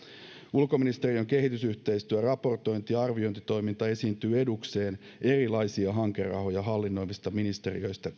ulkoministeriön kehitysyhteistyön raportointi ja arviointitoiminta esiintyy edukseen erilaisia hankerahoja hallinnoivista ministeriöistä